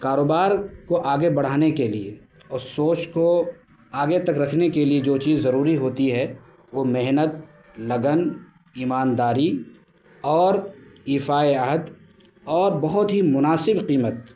کاروبار کو آگے بڑھانے کے لیے اور سوچ کو آگے تک رکھنے کے لیے جو چیز ضروری ہوتی ہے وہ محنت لگن ایمانداری اور ایفائے عہد اور بہت ہی مناسب قیمت